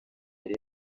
yari